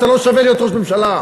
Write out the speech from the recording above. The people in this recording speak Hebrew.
אתה לא שווה להיות ראש הממשלה,